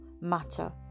matter